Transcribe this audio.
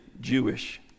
Jewish